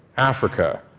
africa,